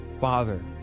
father